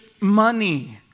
money